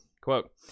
quote